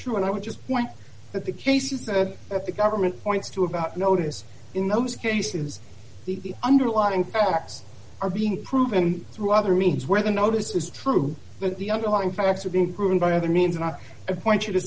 true and i would just point that the case you said that the government points to about notice in those cases the underlying facts are being proven through other means where the notice is true but the underlying facts are being proven by other means not a point you